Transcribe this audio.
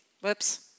Whoops